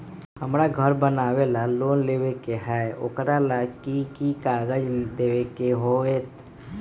हमरा घर बनाबे ला लोन लेबे के है, ओकरा ला कि कि काग़ज देबे के होयत?